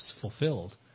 fulfilled